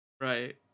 Right